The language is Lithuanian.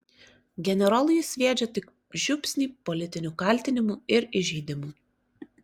generolui jis sviedžia tik žiupsnį politinių kaltinimų ir įžeidimų